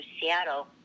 seattle